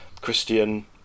Christian